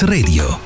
Radio